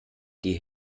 die